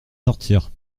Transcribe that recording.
sortir